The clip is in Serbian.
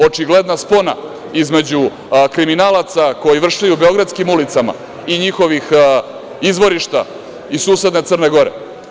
Očigledna spona između kriminala koji vršljaju beogradskim ulicama i njihovih izvorišta iz susedne Crne Gore.